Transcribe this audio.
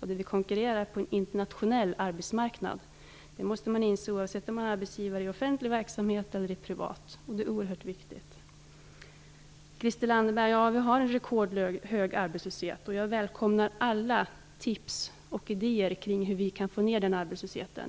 och vi konkurrerar på en internationell arbetsmarknad. Det måste man inse oavsett om man är arbetsgivare i offentlig verksamhet eller om man är arbetsgivare i privat verksamhet. Detta är oerhört viktigt. Ja, Christel Anderberg, vi har rekordhög arbetslöshet. Jag välkomnar alla tips och idéer om hur vi kan få ned arbetslösheten.